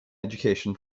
education